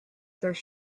there